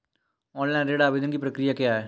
Online ऋण आवेदन की प्रक्रिया क्या है?